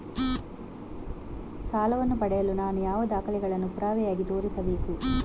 ಸಾಲವನ್ನು ಪಡೆಯಲು ನಾನು ಯಾವ ದಾಖಲೆಗಳನ್ನು ಪುರಾವೆಯಾಗಿ ತೋರಿಸಬೇಕು?